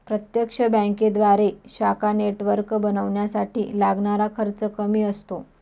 प्रत्यक्ष बँकेद्वारे शाखा नेटवर्क बनवण्यासाठी लागणारा खर्च कमी असतो